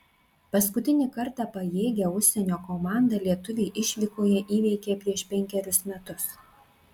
paskutinį kartą pajėgią užsienio komandą lietuviai išvykoje įveikė prieš penkerius metus